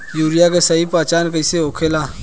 Urea के सही पहचान कईसे होखेला?